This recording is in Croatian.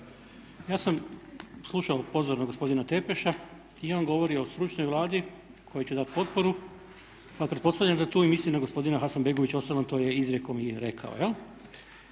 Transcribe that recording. Ja sam slušao pozorno gospodina Tepeša i on govori o stručnoj Vladi kojoj će dat potporu, pa pretpostavljam da tu i misli na gospodina Hasanbegovića, osobno to je izrijekom i rekao.